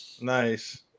Nice